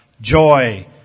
joy